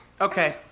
Okay